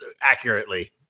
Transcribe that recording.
accurately